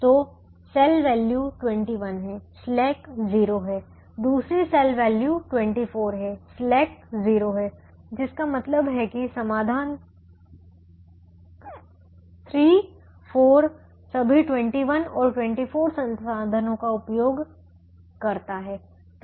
तो cell value 21 है slack 0 है दूसरी सेल वैल्यू 24 है स्लैक 0 है जिसका मतलब है कि समाधान 3 4 सभी 21 और 24 संसाधनों का उपयोग करता है